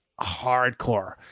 hardcore